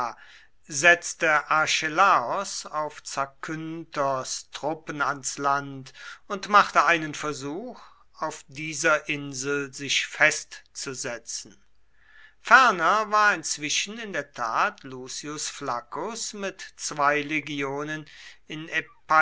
setzte archelaos auf zakynthos truppen ans land und machte einen versuch auf dieser insel sich festzusetzen ferner war inzwischen in der tat lucius flaccus mit zwei legionen in